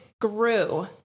grew